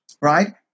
right